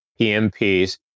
PMPs